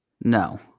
No